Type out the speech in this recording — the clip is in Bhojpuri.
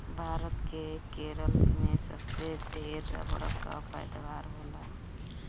भारत के केरल में सबसे ढेर रबड़ कअ पैदावार होला